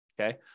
Okay